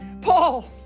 Paul